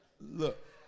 Look